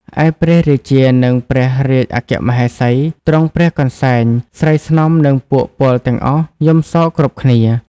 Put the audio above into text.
ឯព្រះរាជានិងព្រះរាជអគ្គមហេសី ទ្រង់ព្រះកន្សែង ស្រីស្នំនិងពួកពលទាំងអស់ យំសោកគ្រប់គ្នា ។